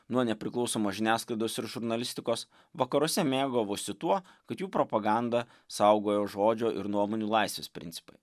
nuo nepriklausomos žiniasklaidos ir žurnalistikos vakaruose mėgavosi tuo kad jų propaganda saugojo žodžio ir nuomonių laisvės principai